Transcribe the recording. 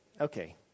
Okay